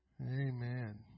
Amen